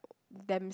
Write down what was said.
damn